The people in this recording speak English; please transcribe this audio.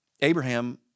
Abraham